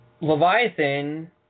Leviathan